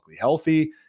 healthy